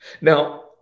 Now